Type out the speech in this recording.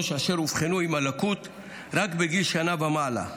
אשר אובחנו עם הלקות רק בגיל שנה ומעלה,